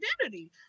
identity